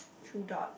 threw dart